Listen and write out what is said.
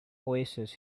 oasis